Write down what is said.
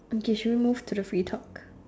okay should we move to the free talk